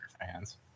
fans